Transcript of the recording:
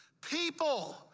people